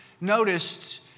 noticed